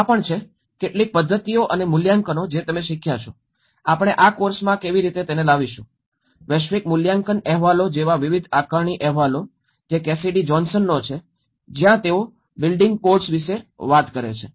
આ પણ છે કેટલીક પદ્ધતિઓ અને મૂલ્યાંકનો જે તમે શીખ્યા છો આપણે આ કોર્સમાં કેવી રીતે આવીશું વૈશ્વિક મૂલ્યાંકન અહેવાલો જેવા વિવિધ આકારણી અહેવાલો જે કેસિડી જોહ્ન્સનનો છે જ્યાં તેઓ બિલ્ડિંગ કોડ્સ વિશે વાત કરે છે